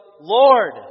Lord